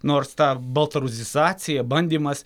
nors ta baltrusizacija bandymas